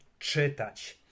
czytać